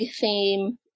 theme